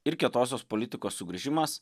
ir kietosios politikos sugrįžimas